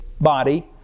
body